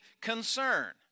concern